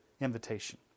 Invitation